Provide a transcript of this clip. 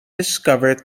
discovered